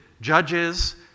judges